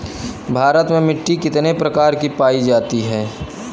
भारत में मिट्टी कितने प्रकार की पाई जाती हैं?